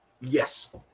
Yes